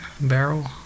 barrel